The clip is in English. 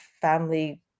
family